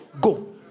go